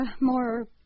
more